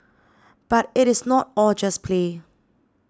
but it is not all just play